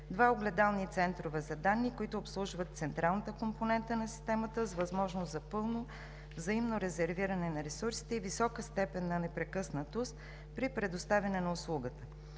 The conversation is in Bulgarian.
два огледални центрове за данни, които обслужват централната компонента на системата, с възможност за пълно взаимно резервиране на ресурсите и висока степен на непрекъснатост при предоставяне на услугата;